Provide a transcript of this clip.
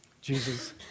Jesus